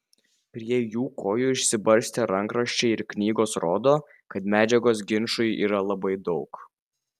prie jų kojų išsibarstę rankraščiai ir knygos rodo kad medžiagos ginčui yra labai daug